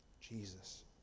Jesus